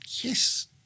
yes